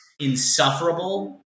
Insufferable